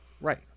Right